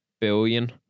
billion